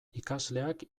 ikasleak